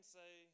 say